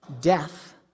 death